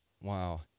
Wow